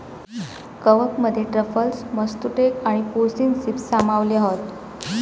कवकमध्ये truffles, matsutake आणि porcini ceps सामावले हत